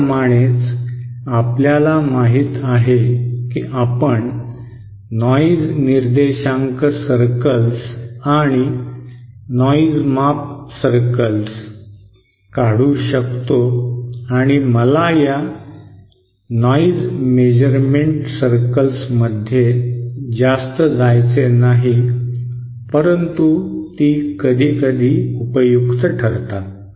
त्याप्रमाणेच आपल्याला माहित आहे की आपण नॉइज निर्देशांक सर्कल्स आणि नॉइज माप सर्कल्स काढू शकतो आणि मला या नॉइज माप सर्कल्समध्ये जास्त जायचे नाही परंतु ती कधीकधी उपयुक्त ठरतात